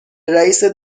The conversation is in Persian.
رئیست